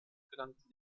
gelangte